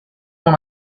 one